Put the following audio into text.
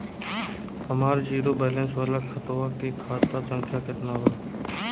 हमार zero balance वाला खतवा के खाता संख्या केतना बा?